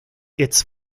its